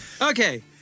Okay